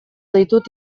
ditut